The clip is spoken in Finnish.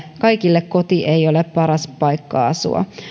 kaikille koti ei ole paras paikka asua